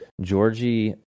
Georgie